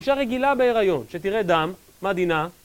אישה רגילה בהיריון, שתראה דם, מה דינה?